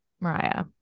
Mariah